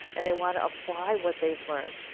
and they want to apply what they have learned.